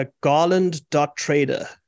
garland.trader